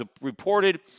reported